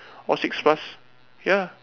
or six plus ya